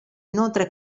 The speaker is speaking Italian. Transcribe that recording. inoltre